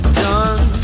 done